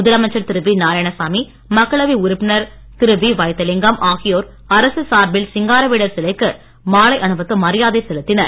முதலமைச்சர் திரு வி நாராயணசாமி மக்களவை உறுப்பினர் திரு வி வைத்திலிங்கம் ஆகியோர் அரசு சார்பில் சிங்காரவேலர் சிலைக்கு மாலை அணிவித்து மரியாதை செலுத்தினர்